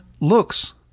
looks